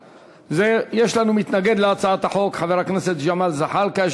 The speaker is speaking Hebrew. יש לנו מתנגד להצעת החוק, חבר הכנסת ג'מאל זחאלקה.